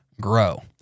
grow